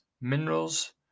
minerals